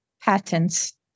patents